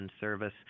service